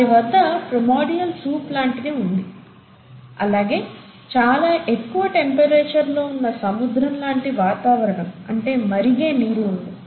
వారి వద్ద primordial soup లాంటిది ఉంది అలాగే చాలా ఎక్కువ టెంపరేచర్లో ఉన్న సముద్రం లాటి వాతావరణం అంటే మరిగే నీరు ఉంది